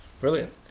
Brilliant